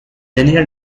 liner